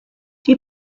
die